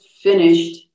finished